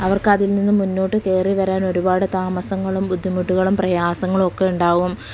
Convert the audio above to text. അവർക്ക് അതിൽ നിന്ന് മുന്നോട്ട് കയറി വരാൻ ഒരുപാട് താമസങ്ങളും ബുദ്ധിമുട്ടുകളും പ്രയാസങ്ങളും ഒക്കെ ഉണ്ടാകും